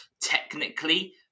technically